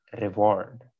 reward